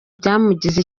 byamugize